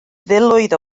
filoedd